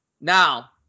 Now